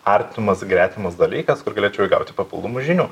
artimas gretimas dalykas kur galėčiau įgauti papildomų žinių